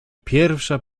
pierwsza